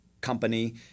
company